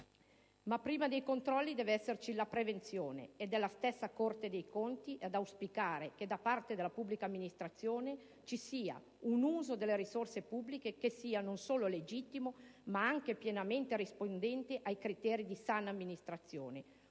Ma, prima dei controlli, deve esserci la prevenzione. Ed è la stessa Corte dei conti ad auspicare che da parte della pubblica amministrazione ci sia «un uso delle risorse pubbliche che sia non solo legittimo, ma anche pienamente rispondente ai criteri di sana amministrazione»